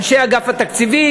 אנשי אגף התקציבים,